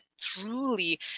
truly